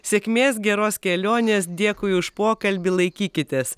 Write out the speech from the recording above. sėkmės geros kelionės dėkui už pokalbį laikykitės